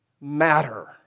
matter